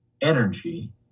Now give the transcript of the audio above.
energy